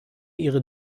ihre